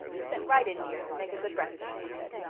set right in, dears, and make a good breakfast, she said.